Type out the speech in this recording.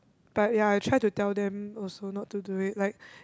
but ya I try to tell them also not to do it like